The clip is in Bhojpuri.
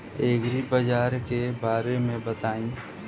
एग्रीबाजार के बारे में बताई?